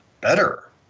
Better